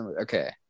Okay